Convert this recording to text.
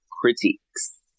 Critiques